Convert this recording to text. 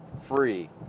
free